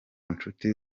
nshuti